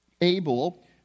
Abel